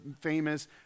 famous